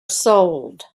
sold